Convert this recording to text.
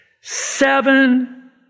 seven